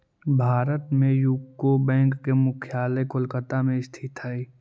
भारत में UCO bank के मुख्यालय कोलकाता में स्थित हइ